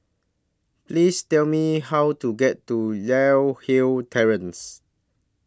Please Tell Me How to get to Li Hwan Terrace